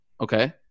Okay